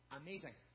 amazing